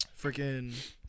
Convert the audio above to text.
Freaking